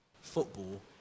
football